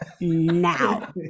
now